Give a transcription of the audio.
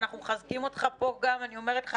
ואנחנו מחזקים אותך פה אני אומרת לך,